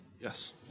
Yes